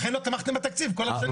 לכן לא תמכתם בתקציב כל השנים.